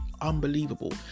unbelievable